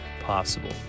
possible